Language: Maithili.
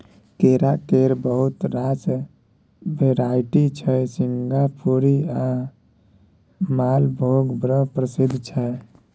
केरा केर बहुत रास भेराइटी छै सिंगापुरी आ मालभोग बड़ प्रसिद्ध छै